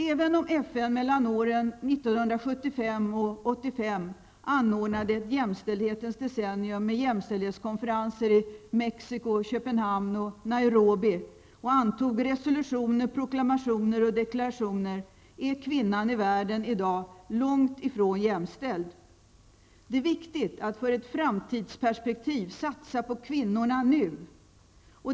Även om FN Mexiko, Köpenhamn och Nairobi och antog resolutioner, proklamationer och deklarationer, är kvinnan i världen i dag långt ifrån jämställd. Det är viktigt att för ett framtidsperspektiv satsa på kvinnorna nu.